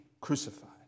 crucified